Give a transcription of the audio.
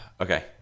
Okay